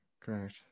Correct